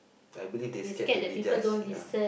I believe they scared to be judged ya